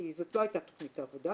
כי זאת לא הייתה תכנית העבודה,